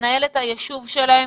לנהל את הישוב שלהם